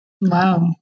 Wow